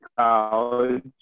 college